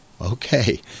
okay